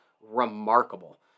remarkable